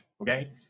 okay